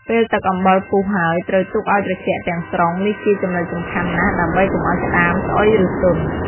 ពេលទឹកអំបិលពុះហើយ ត្រូវទុកឲ្យត្រជាក់ទាំងស្រុង នេះជាចំណុចសំខាន់ណាស់ ដើម្បីកុំឲ្យក្តាមស្អុយ ឬទន់។